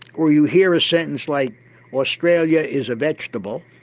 or you hear a sentence like australia is a vegetable,